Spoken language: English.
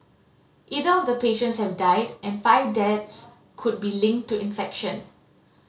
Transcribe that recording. eight of the patients have died and five deaths could be linked to infection